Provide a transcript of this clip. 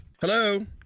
Hello